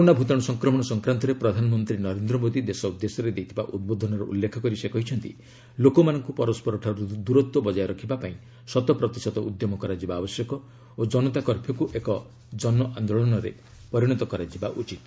corona ଭୂତାଣ୍ର ସଂକ୍ରମଣ ସଂକ୍ରାନ୍ତରେ ପ୍ରଧାନମନ୍ତ୍ରୀ ନରେନ୍ଦ୍ର ମୋଦୀ ଦେଶ ଉଦ୍ଦେଶ୍ୟରେ ଦେଇଥିବା ଉଦ୍ବୋଧନର ଉଲ୍ଲେଖ କରି ସେ କହିଛନ୍ତି ଲୋକମାନଙ୍କୁ ପରସ୍କରଠାରୁ ଦୂରତ୍ୱ ବଙ୍ଗାୟ ରଖିବା ପାଇଁ ଶତପ୍ରତିଶତ ଉଦ୍ୟମ କରାଯିବା ଆବଶ୍ୟକ ଓ କନତା କର୍ଫ୍ୟୁକ୍ ଏକ ଜନଆନ୍ଦୋଳନରେ ପରିଣତ କରାଯିବା ଉଚିତ୍